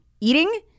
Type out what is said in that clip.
eating